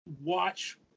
watch